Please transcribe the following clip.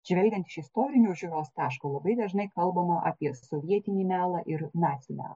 žvelgiant iš istorinio žiūros taško labai dažnai kalbama apie sovietinį melą ir nacių melą